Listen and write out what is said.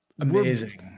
amazing